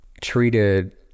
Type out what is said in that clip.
treated